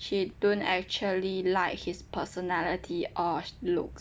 she don't actually like his personality or looks